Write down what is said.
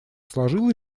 сложилась